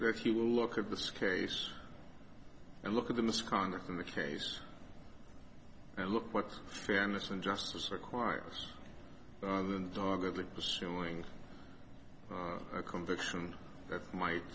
that he will look at the scase and look at the misconduct in the case and look what fairness and justice requires other than doggedly pursuing a conviction